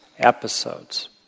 Episodes